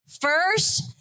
first